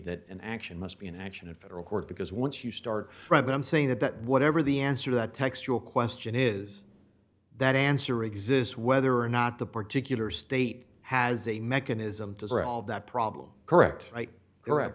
that an action must be an action in federal court because once you start reading i'm saying that that whatever the answer to that textual question is that answer exists whether or not the particular state has a mechanism to throw all that problem correct right